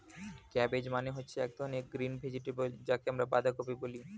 cabbage মানে হচ্ছে এক ধরনের গ্রিন ভেজিটেবল যাকে আমরা বাঁধাকপি বলি